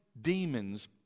demons